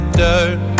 dirt